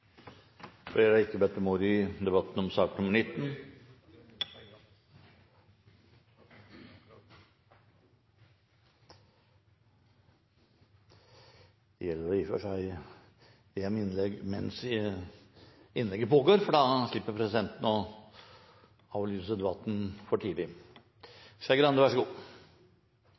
Flere har ikke bedt om ordet …. Det gjelder å be om innlegg mens et innlegg pågår, for da slipper presidenten å avlyse debatten for tidlig.